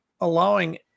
allowing